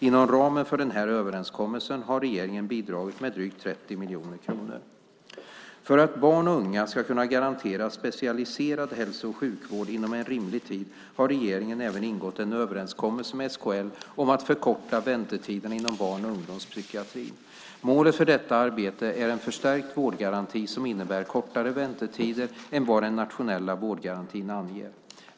Inom ramen för den här överenskommelsen har regeringen bidragit med drygt 30 miljoner kronor. För att barn och unga ska kunna garanteras specialiserad hälso och sjukvård inom en rimlig tid har regeringen även ingått en överenskommelse med SKL om att förkorta väntetiderna inom barn och ungdomspsykiatrin. Målet för detta arbete är en förstärkt vårdgaranti som innebär kortare väntetider än vad den nationella vårdgarantin anger.